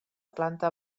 planta